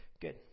Good